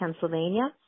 Pennsylvania